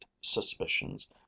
suspicions